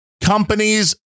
companies